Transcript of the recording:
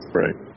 right